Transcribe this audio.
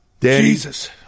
Jesus